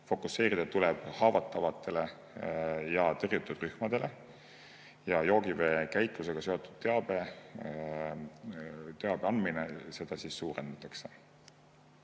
Fokuseerida tuleb haavatavatele ja tõrjutud rühmadele. Joogiveekäitlusega seotud teabe andmist suurendatakse.